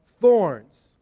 thorns